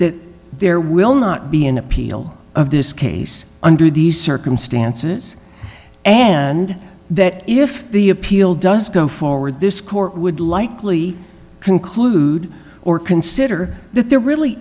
that there will not be an appeal of this case under these circumstances and that if the appeal does go forward this court would likely conclude or consider that there really